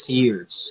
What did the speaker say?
years